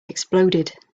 exploded